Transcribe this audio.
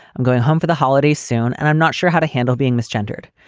i'm going home for the holidays soon and i'm not sure how to handle being mis gendered.